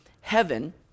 heaven